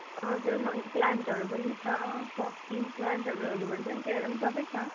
हजुर मनी प्लान्टहरू पनि छ पपी प्लान्टहरू हरू भन्छ नि त्योहरू पनि सबै छ